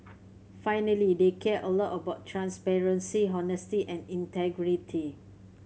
finally they care a lot about transparency honesty and integrity